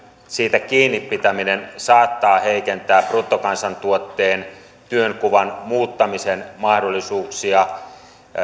siitä kiinni pitäminen saattaa heikentää bruttokansantuotteen ja työnkuvan muuttamisen mahdollisuuksia